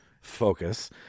focus